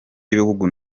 y’ibihugu